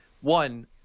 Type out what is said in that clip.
One